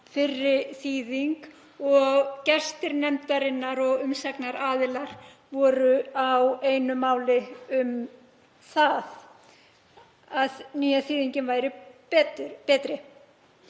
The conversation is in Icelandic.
fyrri þýðing og gestir nefndarinnar og umsagnaraðilar voru á einu máli um að nýja þýðingin væri betri.